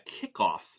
kickoff